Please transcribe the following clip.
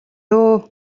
доо